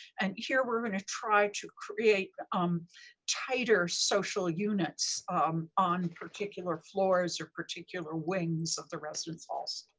and here we're going to try to create um tighter social units on particular floors or particular wings of the residence halls.